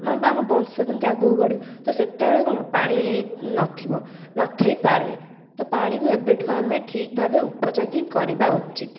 ମାନେ ଆମ ବଂଶ ଯେମିତି ଆଗକୁ ବଢ଼ିବ ତ ସେତେବଳେ କ'ଣ ପାଣି ନଥିବ ନ ଥାଇପାରେ ତ ପାଣିକୁ ଏବେଠୁ ଆମେ ଠିକ୍ ଭାବେ ଉପଯୋଗୀ କରିବା ଉଚିତ୍